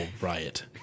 riot